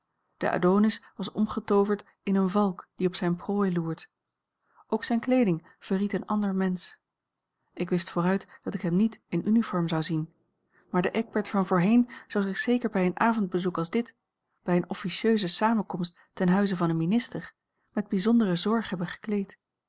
de adonis was omgetooverd in een valk die op zijne prooi loert ook zijne kleeding verried een ander mensch ik wist vooruit dat ik hem niet in uniform zou zien maar de eckbert van voorheen zou zich zeker bij een avondbezoek als dit bij eene officieuse samenkomst ten huize van een minister met bijzondere zorg hebben gekleed